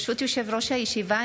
ברשות יושב-ראש הישיבה,